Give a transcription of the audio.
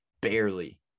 barely